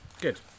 Good